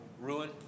ruin